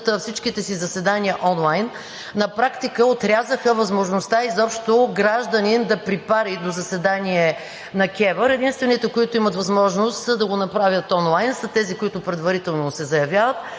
всичките си заседания онлайн, на практика отрязаха възможността изобщо гражданин да припари до заседание на КЕВР. Единствените, които имат възможност да го направят онлайн, са тези, които предварително се заявяват.